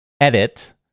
edit